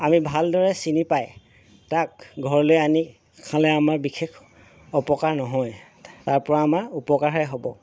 আমি ভালদৰে চিনি পাই তাক ঘৰলৈ আনি খালে আমাৰ বিশেষ অপকাৰ নহয় তাৰপৰা আমাৰ উপকাৰহে হ'ব